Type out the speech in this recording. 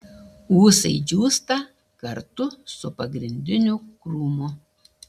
ūsai džiūsta kartu su pagrindiniu krūmu